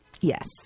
Yes